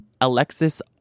alexis